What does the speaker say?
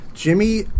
Jimmy